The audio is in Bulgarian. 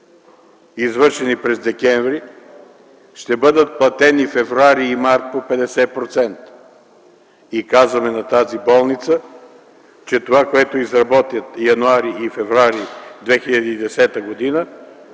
извършени през декември, ще бъдат платени февруари и март по 50% . И казваме на тази болница, че това, което изработят януари и февруари 2010 г.,